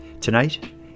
Tonight